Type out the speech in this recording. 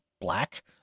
black